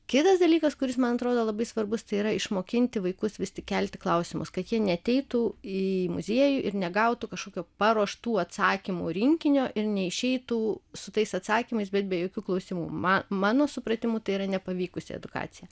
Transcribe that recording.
kitas dalykas kuris man atrodo labai svarbus tai yra išmokinti vaikus vis tik kelti klausimus kad jie neateitų į muziejų ir negautų kažkokio paruoštų atsakymų rinkinio ir neišeitų su tais atsakymais bet be jokių klausimų man mano supratimu tai yra nepavykusi edukacija